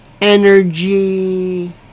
energy